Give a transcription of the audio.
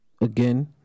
again